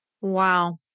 Wow